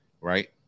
Right